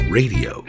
radio